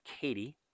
Katie